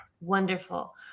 Wonderful